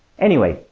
anyway,